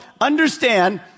understand